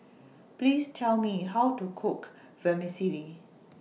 Please Tell Me How to Cook Vermicelli